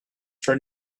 for